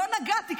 לא נגעתי,